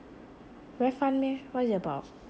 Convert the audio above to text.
very fun meh what is it about